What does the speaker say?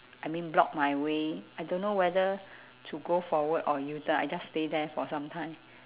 I mean block my way I don't know whether to go forward or U turn I just stay there for some time